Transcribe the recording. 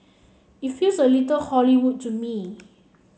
it feels a little Hollywood to me